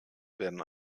werden